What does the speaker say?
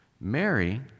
Mary